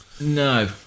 No